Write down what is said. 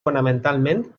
fonamentalment